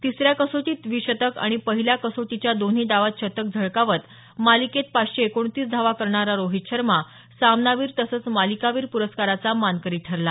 तिसऱ्या कसोटीत द्विशतक आणि पहिल्या कसोटीच्या दोन्ही डावात शतक झळकावत मालिकेत पाचशे एकोणतीस धावा करणारा रोहित शर्मा सामनावीर तसंच मालिकावीर पुरस्काराचा मानकरी ठरला